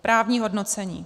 Právní hodnocení.